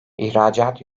i̇hracat